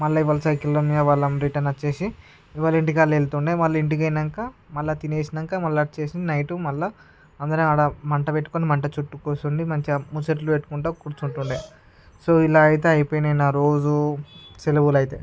మళ్ళీ వాళ్ళ సైకిల్లో వాళ్ళు రిటర్న్ వచ్చి ఎవరింటికి వాళ్ళు వెళ్తుండే మళ్ళీ ఇంటికి పోయినాక మల్ల తినేసినంక మళ్ళా వచ్చి నైట్ మళ్ళా అందరం ఆడ మంట పెట్టుకొని మంట చుట్టు కూర్చొని మంచిగా ముచ్చట్లు పెట్టుకుంట కూర్చుంటుండే సో ఇలా అయితే అయిపోయినాయి నా ఆ రోజు సెలవులు అయితే